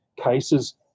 cases